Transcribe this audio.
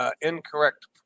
incorrect